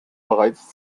bereits